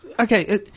okay